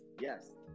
yes